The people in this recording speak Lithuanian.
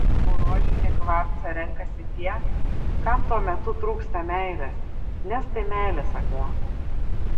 o rožinį kvarcą renkasi tie kam tuo metu trūksta meilės nes tai meilės akmuo